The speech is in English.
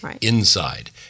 inside